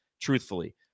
truthfully